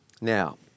Now